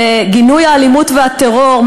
בגינוי האלימות והטרור,